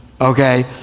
Okay